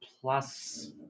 plus